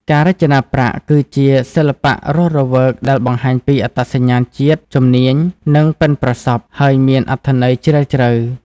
ការរចនាប្រាក់ គឺជាសិល្បៈរស់រវើកដែលបង្ហាញពីអត្តសញ្ញាណជាតិ ជំនាញ និងប៉ិនប្រសប់ ហើយមានអត្ថន័យជ្រាលជ្រៅ។